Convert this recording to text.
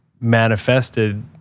manifested